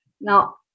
Now